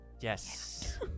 Yes